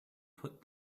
put